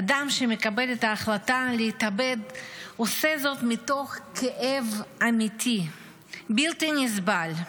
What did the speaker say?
אדם שמקבל את ההחלטה להתאבד עושה זאת מתוך כאב אמיתי בלתי נסבל,